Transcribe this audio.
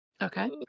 Okay